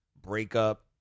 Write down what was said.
breakup